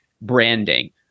branding